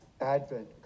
Advent